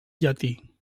llatí